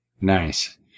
nice